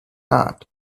not